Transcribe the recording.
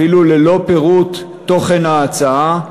אפילו ללא פירוט תוכן ההצעה,